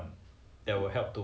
but you all got the funds ah